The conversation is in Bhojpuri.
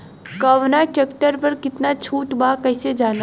कवना ट्रेक्टर पर कितना छूट बा कैसे जानब?